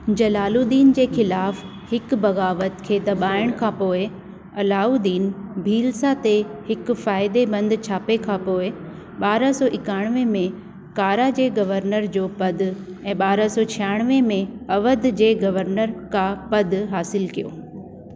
जलालुद्दीन जे ख़िलाफ़ु हिकु बग़ावत खे दॿाइण खां पोइ अलाउद्दीन भीलसा ते हिकु फाइदेमंद छापे खां पोइ ॿारहां सौ इकानवे में कारा जे गवर्नर जो पदु ऐं ॿारहां सौ छियानवे में अवध जे गवर्नर का पदु हासिलु कयो